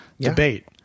debate